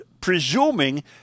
presuming